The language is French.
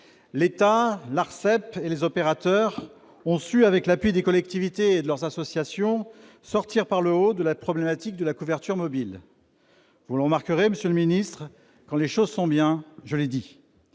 postes, l'ARCEP, et les opérateurs ont su, avec l'appui des collectivités et de leurs associations, sortir par le haut de la problématique de la couverture mobile. Vous le remarquerez, monsieur le ministre de la cohésion des territoires,